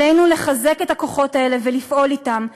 עלינו לחזק את הכוחות האלה ולפעול אתם,